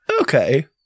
Okay